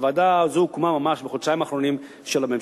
הוועדה הזו הוקמה ממש בחודשיים האחרונים של הממשלה.